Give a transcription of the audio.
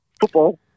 Football